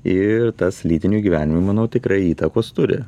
ir tas lytiniam gyvenimui manau tikrai įtakos turi